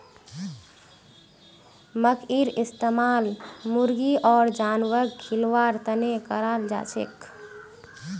मखईर इस्तमाल मुर्गी आर जानवरक खिलव्वार तने कराल जाछेक